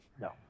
No